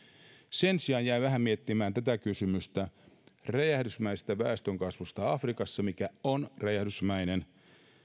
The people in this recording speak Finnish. sen sijaan jäin vähän miettimään kysymystä afrikan räjähdysmäisestä väestönkasvusta mikä on räjähdysmäinen